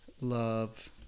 Love